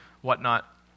whatnot